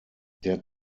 der